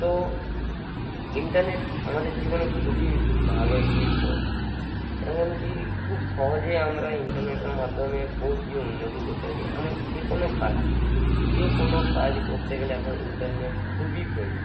তো ইন্টারনেট আমাদের জীবনে খুবই ভালো একটি পথ এমনকি খুব সহজেই আমরা ইন্টারনেটের মাধ্যমে বহুত কিছু উন্নতি করতে হয়েছি এমনকি যে কোনো কাজ যে কোনো কাজ করতে গেলে এখন ইন্টারনেট খুবই প্রয়োজন